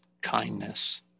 Kindness